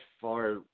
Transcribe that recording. far